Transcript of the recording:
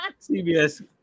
CBS